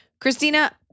Christina